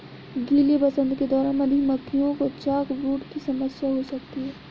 गीले वसंत के दौरान मधुमक्खियों को चॉकब्रूड की समस्या हो सकती है